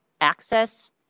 access